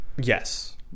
yes